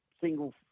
single